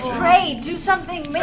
pray! do something!